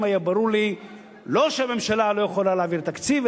היה ברור לי לא שהממשלה לא יכולה להעביר תקציב,